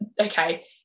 okay